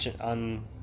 on